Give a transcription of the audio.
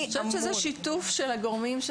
אני חושבת שזה שיתוף של הגורמים,